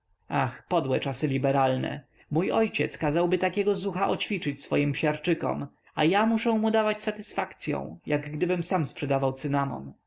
podłe czasy liberalne mój ojciec kazałby takiego zucha oćwiczyć swoim psiarczykom a ja muszę dawać mu satysfakcyą jak gdybym sam sprzedawał cynamon